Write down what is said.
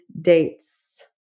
dates